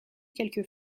quelques